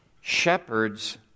Shepherds